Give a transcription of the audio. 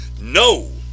No